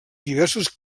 diversos